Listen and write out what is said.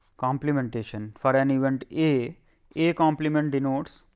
complementation for an event a a a complement denotes